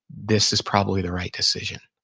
this is probably the right decision.